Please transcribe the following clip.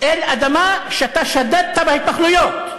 אל אדמה שאתה שדדת בהתנחלויות.